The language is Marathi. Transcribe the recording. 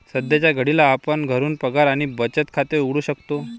सध्याच्या घडीला आपण घरून पगार आणि बचत खाते उघडू शकतो